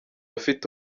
afite